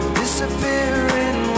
disappearing